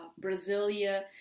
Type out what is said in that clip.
Brasilia